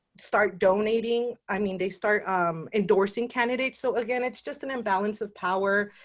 start donating. i mean, they start um endorsing candidates. so again, it's just an imbalance of power.